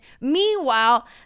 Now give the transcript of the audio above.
Meanwhile